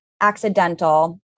accidental